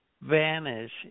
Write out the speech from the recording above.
vanish